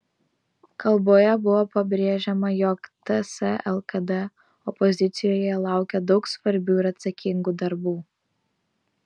kalboje buvo pabrėžiama jog ts lkd opozicijoje laukia daug svarbių ir atsakingų darbų